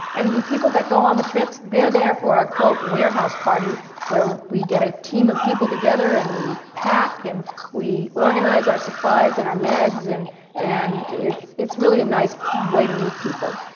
and the people that go on the trips, they're there for our, quote, warehouse parties where we get a team of people together and we pack and we organize our supplies and our meds and and it's it's really a nice way to meet people.